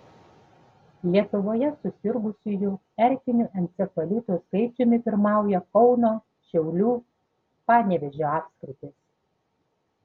lietuvoje susirgusiųjų erkiniu encefalitu skaičiumi pirmauja kauno šiaulių panevėžio apskritys